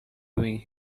doing